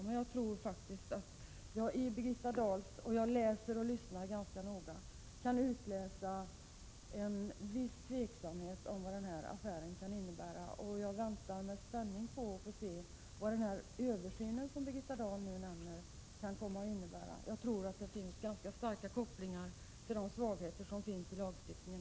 Men jag tror att jag av Birgitta Dahls svar — och jag läser och lyssnar ganska noga — faktiskt kan utläsa en viss tveksamhet om vad denna affär kan innebära. Jag väntar med spänning på att få se vad den översyn som Birgitta Dahl nu nämner kan komma att medföra. Jag tror att det föreligger ganska starka kopplingar till de svagheter som finns i dagens lagstiftning.